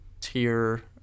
tier